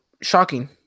shocking